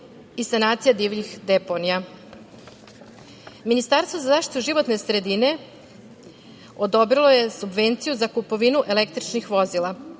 i sanacija divljih deponija. Ministarstvo za zaštitu životne sredine odobrilo je subvenciju za kupovinu električnih vozila.